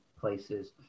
places